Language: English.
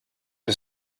the